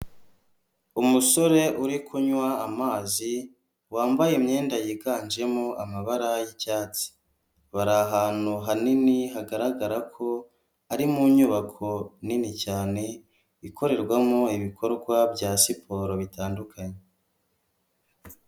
Umusore uri kunywa amazi wambaye imyenda yiganjemo amabara y'icyatsi, bari ahantu hanini hagaragara ko ari mu nyubako nini cyane ikorerwamo ibikorwa bya siporo bitandukanye.